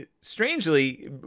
strangely